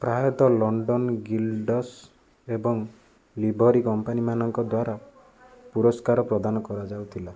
ପ୍ରାୟତଃ London guilds ଏବଂ livery କମ୍ପାନୀମାନଙ୍କ ଦ୍ୱାରା ପୁରସ୍କାର ପ୍ରଦାନ କରାଯାଉଥିଲା